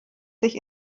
sich